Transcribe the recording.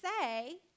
say